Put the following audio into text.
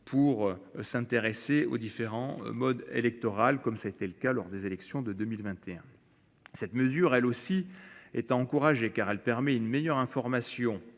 pour s'intéresser aux différents modes électoraux comme c'était le cas lors des élections de 2021. Cette mesure elle aussi est encouragée car elle permet une meilleure information